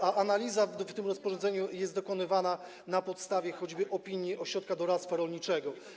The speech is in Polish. Analiza w przypadku tego rozporządzenia jest dokonywana na podstawie choćby opinii ośrodka doradztwa rolniczego.